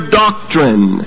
doctrine